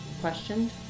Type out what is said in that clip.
questioned